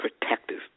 protective